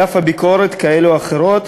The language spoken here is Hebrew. על אף ביקורות כאלו ואחרות,